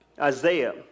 Isaiah